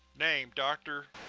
name dr.